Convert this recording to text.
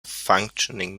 functioning